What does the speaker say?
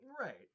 Right